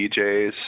DJs